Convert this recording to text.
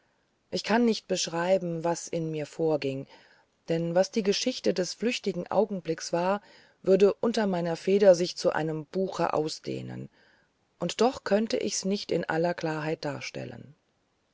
ich kann nicht beschreiben was in mir vorging denn was die geschichte des flüchtigen augenblicks war würde unter meiner feder sich zu einem buche ausdehnen und doch könnte ich's nicht in aller klarheit darstellen